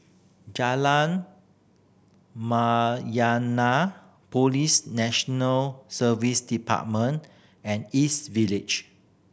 Jalan Mayaanam Police National Service Department and East Village